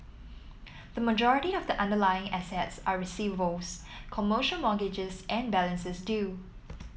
the majority of the underlying assets are receivables commercial mortgages and balances due